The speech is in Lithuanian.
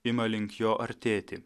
ima link jo artėti